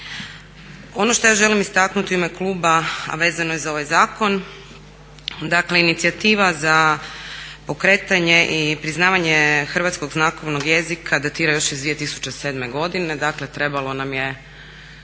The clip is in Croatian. Ono što ja želim istaknuti u ime kluba, a vezano je za ovaj zakon, dakle inicijativa za pokretanje i priznavanje hrvatskog znakovnog jezika datira još iz 2007. godine. Dakle, trebalo nam je